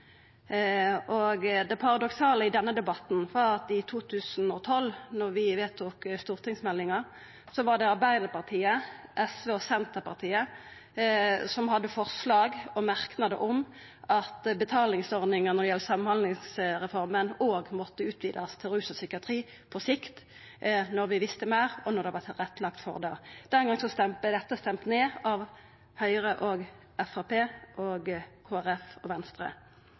feil. Det paradoksale i denne debatten er at i 2012, da vi vedtok stortingsmeldinga, var det Arbeidarpartiet, SV og Senterpartiet som hadde forslag og merknader om at betalingsordninga, når det gjaldt samhandlingsreforma, òg måtte utvidast til rus og psykiatri på sikt når vi visste meir, og når det var lagt til rette for det. Den gongen vart det stemt ned av Høgre, Framstegspartiet, Kristeleg Folkeparti og Venstre.